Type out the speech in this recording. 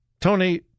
Tony